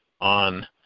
on